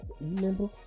remember